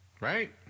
Right